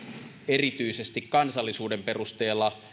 erityisesti kansallisuuden perusteella